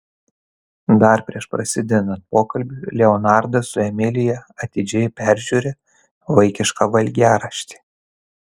dar prieš prasidedant pokalbiui leonardas su emilija atidžiai peržiūri vaikišką valgiaraštį